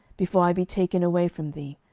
before i be taken away from thee.